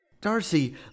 Darcy